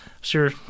sure